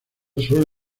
solo